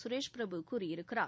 கரேஷ் பிரபு கூறியிருக்கிறார்